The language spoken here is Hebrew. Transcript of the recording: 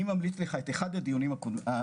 אני ממליץ לך את אחד הדיונים הקרובים